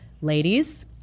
Ladies